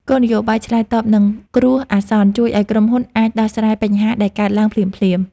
គោលនយោបាយឆ្លើយតបនឹងគ្រោះអាសន្នជួយឱ្យក្រុមហ៊ុនអាចដោះស្រាយបញ្ហាដែលកើតឡើងភ្លាមៗ។